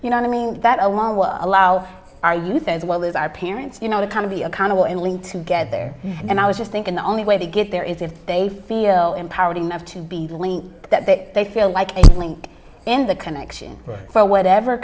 you know i mean that alone will allow our youth as well as our parents you know to kind of be accountable and lead to get there and i was just thinking the only way to get there is if they feel empowered enough to be that that they feel like linked in that connection for whatever